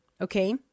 Okay